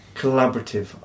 collaborative